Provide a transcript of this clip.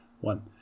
one